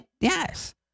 yes